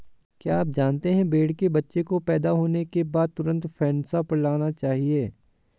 क्या आप जानते है भेड़ के बच्चे को पैदा होने के बाद तुरंत फेनसा पिलाना चाहिए?